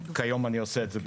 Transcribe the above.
כיום אני עושה את זה בהתנדבות,